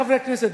חברי חברי הכנסת,